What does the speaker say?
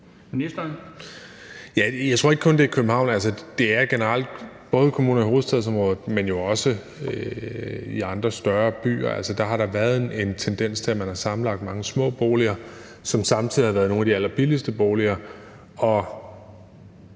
Jeg tror ikke kun, det er København. Det er generelt både kommuner i hovedstadsområdet, men jo også i andre større byer. Der har der været en tendens til, at man har sammenlagt mange små boliger, som samtidig har været nogle af de allerbilligste boliger.